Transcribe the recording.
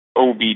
OB